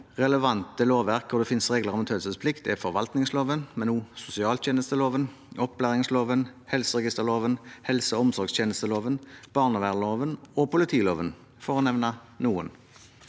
Relevante lovverk hvor det finnes regler om taushetsplikt, er forvaltningsloven, sosialtjenesteloven, opplæringsloven, helseregisterloven, helse- og omsorgstjenesteloven, barnevernsloven og politiloven, for å nevne noen.